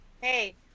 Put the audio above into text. hey